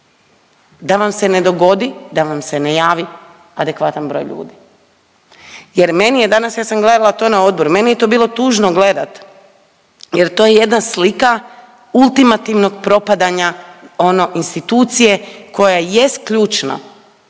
da vam se ne dogodi da vam se ne javi adekvatan broj ljudi. Jer meni je danas, ja sam gledala to na odboru, meni je to bilo tužno gledati jer to je jedna slika ultimativnog propadanja ono institucije koja jest ključna